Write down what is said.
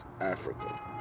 Africa